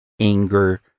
anger